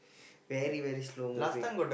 very very slow movie